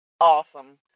awesome